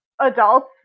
adults